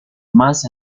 más